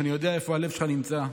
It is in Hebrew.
שאני יודע איפה הלב שלך נמצא.